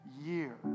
year